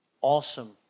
awesome